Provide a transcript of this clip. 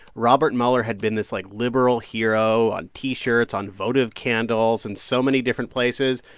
robert mueller had been this, like, liberal hero on t-shirts, on votive candles and so many different places.